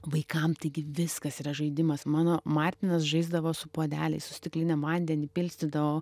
vaikam taigi viskas yra žaidimas mano martinas žaisdavo su puodeliais su stiklinėm vandenį pilstydavo